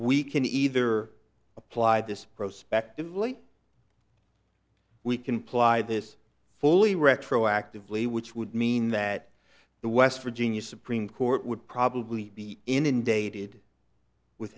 we can either apply this prospect of late we can ply this fully retroactively which would mean that the west virginia supreme court would probably be inundated with